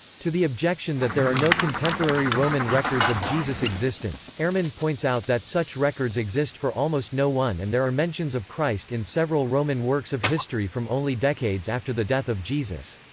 to the objection that there are no contemporary roman records of jesus' existence, ehrman points out that such records exist for almost no one and there are mentions of christ in several roman works of history from only decades after the death of jesus.